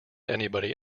anybody